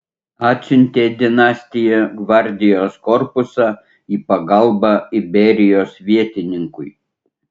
atsiuntė dinastija gvardijos korpusą į pagalbą iberijos vietininkui